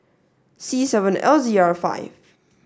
c seven L Z R five